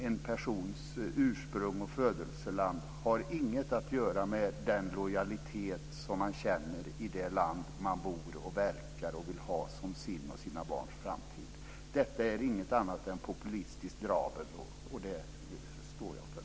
En persons ursprung och födelseland har ingenting att göra med den lojalitet som man känner i det land som man bor i, verkar i och vill ha som sin och sina barns framtid. Detta är inget annat än populistiskt dravel. Det står jag för.